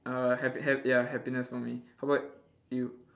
uh happy hap~ ya happiness for me how about you